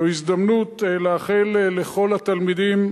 זו הזדמנות לאחל לכל התלמידים,